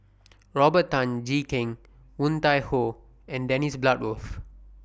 Robert Tan Jee Keng Woon Tai Ho and Dennis Bloodworth